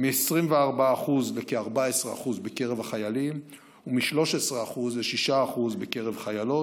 מ-24% לכ-14% בקרב החיילים ומ-13% ל-6% בקרב חיילות.